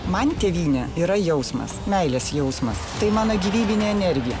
man tėvynė yra jausmas meilės jausmas tai mano gyvybinė energija